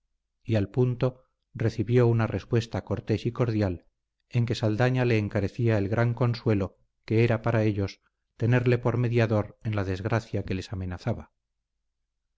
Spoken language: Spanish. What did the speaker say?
y al punto recibió una respuesta cortés y cordial en que saldaña le encarecía el gran consuelo que era para ellos tenerle por mediador en la desgracia que les amenazaba